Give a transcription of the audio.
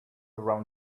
around